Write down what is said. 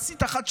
עשית אחת,